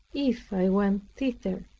if i went thither.